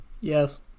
Yes